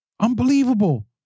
Unbelievable